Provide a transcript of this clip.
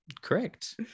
correct